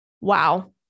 Wow